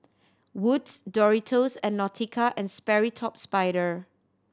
Wood's Doritos and Nautica and Sperry Top Sider